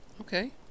Okay